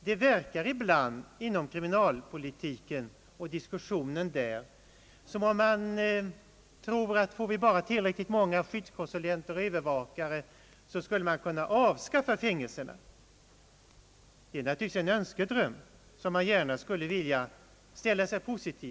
Det verkar ibland inom den kriminalpolitiska diskussionen som om man tror att om vi bara får tillräckligt många skyddskonsulenter och övervakare, skulle vi kunna avskaffa fängelserna. Det är naturligtvis en önskedröm, som man gärna skulle vilja ha förverkligad.